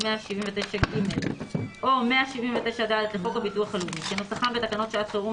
179ג או 179ד לחוק הביטוח הלאומי כנוסחם בתקנות שעת חירום